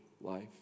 life